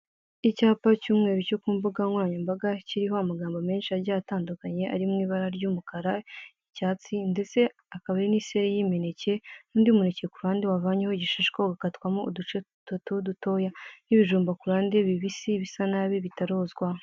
Icyapa cy'umweru cyo ku mbuga nkoranyambaga kiriho amagambo menshi agiye atandukanye, ari mu ibara ry'umukara n'icyatsi, ndetse hakaba hari n'iseri ry'imineke, n'undi muneke ku ruhande wavanweho igishishwa ugakatwamo uduce dutatu dutoya, n'ibijumba ku ruhande bibisi, bitari byozwa.